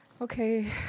Okay